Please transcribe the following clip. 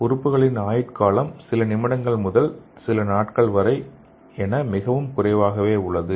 உறுப்புகளின் ஆயுட்காலம் சில நிமிடங்கள் முதல் நாட்கள் வரை என மிகவும் குறைவாகவே உள்ளது